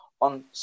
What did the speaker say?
on